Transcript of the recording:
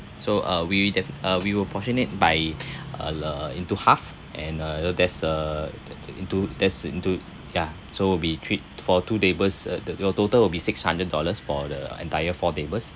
so uh we def~ uh we will portion it by uh into half and uh there's uh into there's into ya so will be three for two tables uh the total will be six hundred dollars for the entire four tables